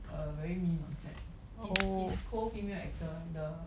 uh very mean on set his his co~ female actor the